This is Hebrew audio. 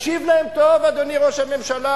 תקשיב להם טוב, אדוני ראש הממשלה.